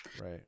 Right